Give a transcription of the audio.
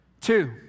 Two